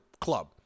club